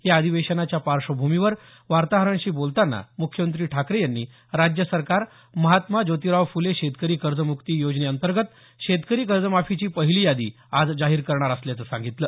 या अधिवेशनाच्या पार्श्वभूमीवर वार्ताहरांशी बोलतांना मुख्यमंत्री ठाकरे यांनी राज्य सरकार महात्मा जोतिराव फुले शेतकरी कर्जमुक्ती योजनेंतर्गत शेतकरी कर्जमाफीची पहिली यादी आज जाहीर करणार असल्याचं सांगितलं